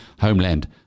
homeland